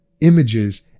images